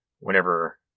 Whenever